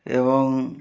ଏବଂ